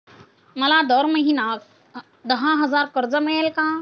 मला दर महिना दहा हजार कर्ज मिळेल का?